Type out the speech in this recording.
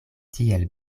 tiel